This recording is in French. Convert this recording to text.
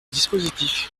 dispositif